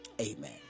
amen